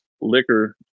liquor